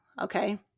Okay